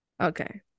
Okay